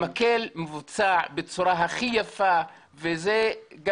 המקל מבוצע בצורה הכי יפה -- ויעילה.